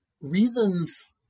reasons